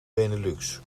benelux